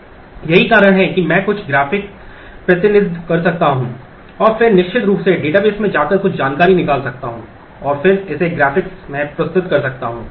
यही कारण है कि मैं कुछ ग्राफिक प्रतिनिधित्व कर सकता हूं और फिर निश्चित रूप से डेटाबेस में जाकर कुछ जानकारी निकाल सकता हूं और फिर इसे ग्राफिक्स में प्रस्तुत कर सकता हूं